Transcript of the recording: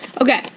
Okay